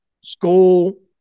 school